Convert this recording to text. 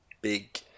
big